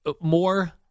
More